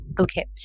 Okay